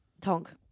Tonk